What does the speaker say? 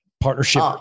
partnership